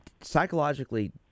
psychologically